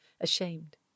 ashamed